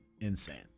insane